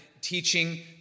teaching